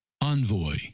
Envoy